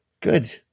Good